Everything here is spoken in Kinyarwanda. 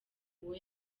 uwo